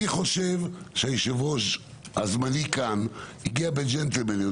אני חושב שהיושב ראש הזמני הגיע בג'נטלמניות.